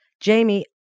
Jamie